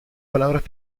palabras